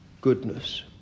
goodness